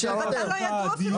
לא משרד התחבורה.